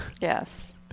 Yes